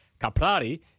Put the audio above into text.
Caprari